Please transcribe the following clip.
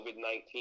COVID-19